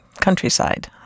countryside